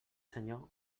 senyor